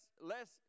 Less